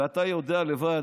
ואתה יודע לבד